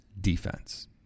defense